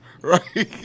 right